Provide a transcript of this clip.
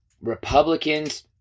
Republicans